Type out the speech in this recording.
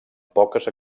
poques